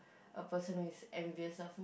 a person who is envious of